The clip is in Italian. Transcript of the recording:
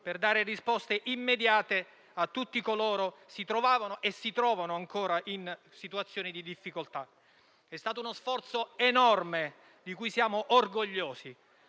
per dare risposte immediate a tutti coloro che si trovavano e si trovano ancora in situazioni di difficoltà. È stato uno sforzo enorme di cui siamo orgogliosi.